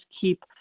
keep